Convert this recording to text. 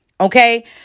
Okay